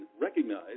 recognize